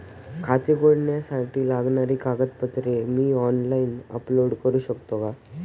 खाते उघडण्यासाठी लागणारी कागदपत्रे मी ऑनलाइन अपलोड करू शकतो का?